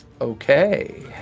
Okay